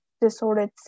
disordered